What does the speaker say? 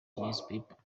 newspaper